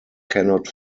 cannot